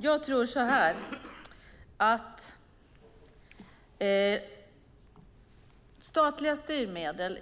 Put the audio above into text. När det gäller användning av skattepengar tycker jag att statliga styrmedel